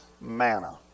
manna